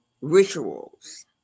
rituals